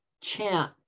chant